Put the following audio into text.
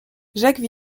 jacques